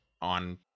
on